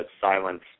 silence